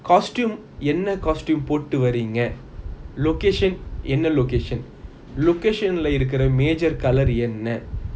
costume என்ன:enna costume போடு வரீங்க:potu varinga location என்ன:enna location location இருக்குற:irukura major colour என்ன:enna